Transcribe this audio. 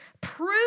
prove